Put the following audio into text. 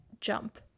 jump